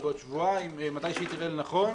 או בעוד שבועיים - מתי שהיא תראה לנכון.